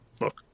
Look